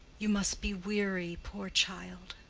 you must be weary, poor child.